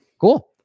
Cool